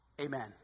Amen